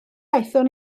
aethon